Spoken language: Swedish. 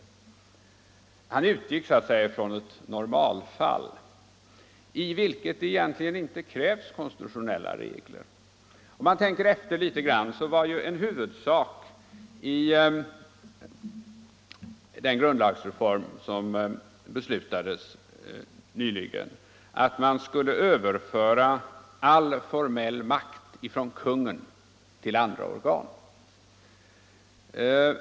Herr Johansson i Trollhättan utgick så att säga från ett normalfall, i vilket det egentligen inte krävs konstitutionella regler. Om man tänker efter litet grand så minns man att det var en huvudsak vid den grundlagsreform som beslutades nyligen att all formell makt skulle överföras från kungen till andra organ.